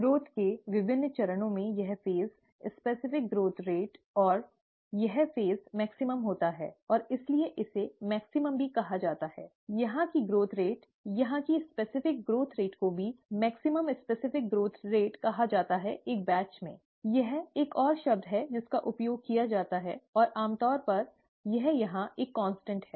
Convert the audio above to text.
विकास के विभिन्न चरणों में यह फ़ेज़ विशिष्ट विकास दर और यह फ़ेज़ मैक्स्इमॅम होता है और इसलिए इसे मैक्स्इमॅम भी कहा जाता है यहाँ की वृद्धि दर यहाँ की विशिष्ट विकास दर को भी मैक्स्इमॅम विशिष्ट विकास दर कहा जाता है एक बैच में ठीक है यह एक और शब्द है जिसका उपयोग किया जाता है और आमतौर पर यह यहां एक स्थिर है